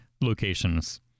locations